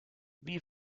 wie